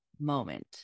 moment